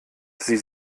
sie